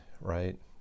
right